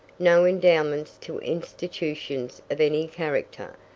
no endowments to institutions of any character,